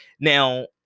Now